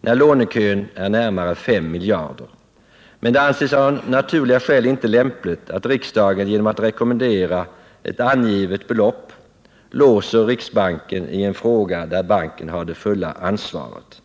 när lånekön är närmare 5 miljarder, men det anses av naturliga skäl inte lämpligt att riksdagen genom att rekommendera ett angivet belopp låser riksbanken i en fråga där banken har det fulla ansvaret.